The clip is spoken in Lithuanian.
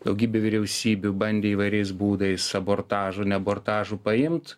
daugybė vyriausybių bandė įvairiais būdais abotažu ne abortažu paimt